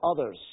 others